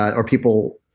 or people,